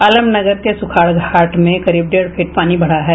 आलमनगर के सुखाड़ घाट में करीब डेढ़ फीट पानी बढ़ा है